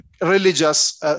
religious